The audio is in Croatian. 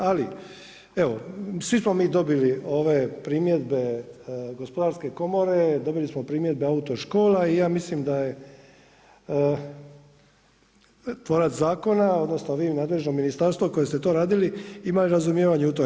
Ali evo svi smo mi dobili ove primjedbe Gospodarske komore, dobili smo primjedbe autoškola i ja mislim da je tvorac zakona, odnosno vi nadležno ministarstvo koje ste to radili imali razumijevanje u tome.